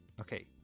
okay